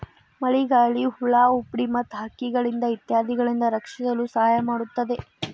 ಮಳಿಗಾಳಿ, ಹುಳಾಹುಪ್ಡಿ ಮತ್ತ ಹಕ್ಕಿಗಳಿಂದ ಇತ್ಯಾದಿಗಳಿಂದ ರಕ್ಷಿಸಲು ಸಹಾಯ ಮಾಡುತ್ತದೆ